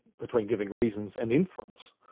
between giving reasons and inference.